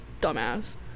dumbass